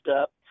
up